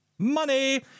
money